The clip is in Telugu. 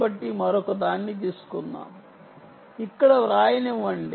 కాబట్టి మరొకదాన్ని తీసుకుందాం ఇక్కడ వ్రాయనివ్వండి